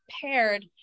paired